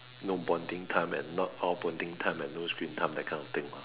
no bonding time and not all bonding time and no screen time that kind of thing lah